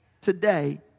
Today